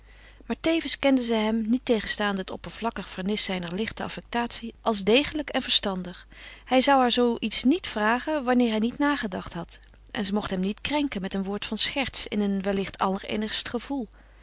maar tevens kende zij hem niettegenstaande het oppervlakkig vernis zijner lichte affectatie als degelijk en verstandig hij zou haar zoo iets niet vragen wanneer hij niet nagedacht had en ze mocht hem niet krenken met een woord van scherts in een willicht allerinnigst gevoel